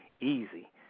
easy